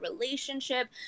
relationship